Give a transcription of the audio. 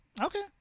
okay